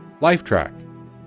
Lifetrack